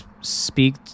speak